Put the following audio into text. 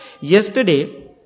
Yesterday